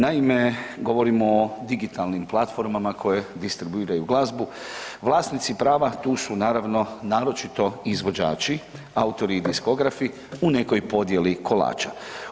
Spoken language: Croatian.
Naime, govorimo o digitalnim platformama koje distribuiraju glazbu, vlasnici prava tu su naravno naročito izvođači, autori i diskografi u nekoj podjeli kolača.